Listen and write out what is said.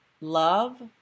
love